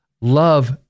love